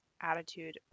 Attitude